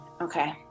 Okay